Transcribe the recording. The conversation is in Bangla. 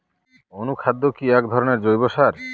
অনুখাদ্য কি এক ধরনের জৈব সার?